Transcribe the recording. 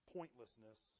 Pointlessness